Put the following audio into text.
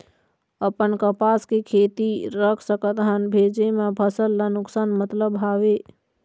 अपन कपास के खेती रख सकत हन भेजे मा फसल ला नुकसान मतलब हावे?